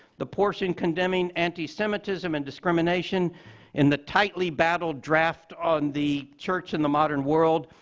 the portion condemning anti-semitism and discrimination in the tightly battled draft on the church in the modern world,